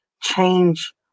change